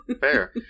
Fair